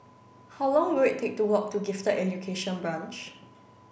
how long will take to walk to Gifted Education Branch